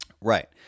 Right